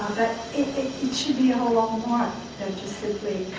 it it should be a whole lot more than just simply